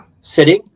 sitting